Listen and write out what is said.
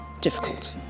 difficult